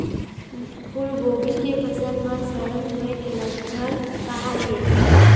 फूलगोभी के फसल म सड़न होय के लक्षण का ये?